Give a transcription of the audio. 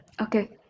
Okay